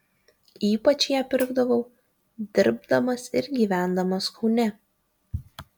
ypač ją pirkdavau dirbdamas ir gyvendamas kaune